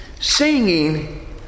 Singing